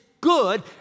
good